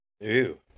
Ew